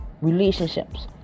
relationships